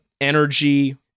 energy